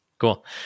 Cool